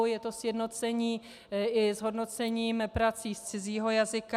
Je to sjednocení i s hodnocením prací z cizího jazyka.